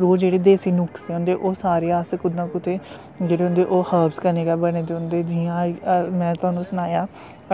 ओह् जेह्ड़े देस्सी नुखसे होंदे ओह् सारे अस कुतै ना कुते जेह्ड़े होंदे ओह् हर्वस कन्नै गै बने दे होंदे जि'यां मैं तुआनूं सनाया